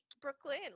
Brooklyn